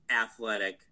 athletic